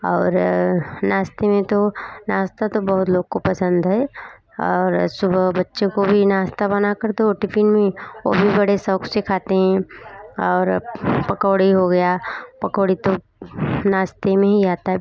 और नाश्ते में तो नाश्ता तो बहुत लोगों को पसंद है और सुबह बच्चों को भी नाश्ता बना कर दो टिफिन में वो भी बड़े शौक़ से खाते हैं और पकौड़ी हो गया पकौड़ी ताे नाश्ते में ही आता है